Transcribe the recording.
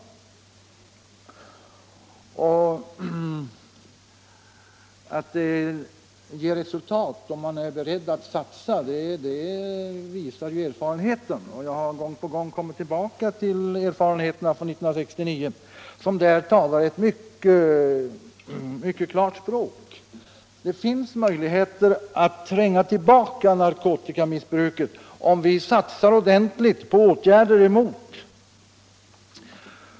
Erfarenheter visar att det ger resultat om man är beredd att satsa — och jag har gång på gång kommit tillbaka till erfarenheterna från 1969, som talar ett mycket klart språk. Det finns möjligheter att tränga tillbaka narkotikamissbruket om vi satsar ordentligt på motåtgärder.